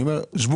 אני אומר שבו,